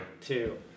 Two